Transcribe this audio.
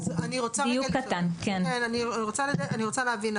אני רוצה להבין.